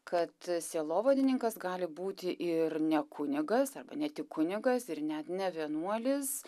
kad a sielovadininkas gali būti ir ne kunigas arba ne tik kunigas ir net ne vienuolis